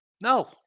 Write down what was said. No